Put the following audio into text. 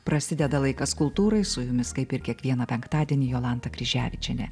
prasideda laikas kultūrai su jumis kaip ir kiekvieną penktadienį jolanta kryževičienė